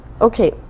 Okay